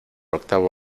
octavo